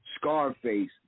Scarface